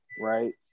right